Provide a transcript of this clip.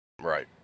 Right